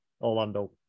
Orlando